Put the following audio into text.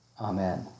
Amen